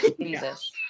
Jesus